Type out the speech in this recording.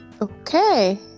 Okay